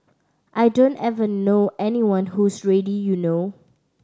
I don't ever know anyone who's ready you know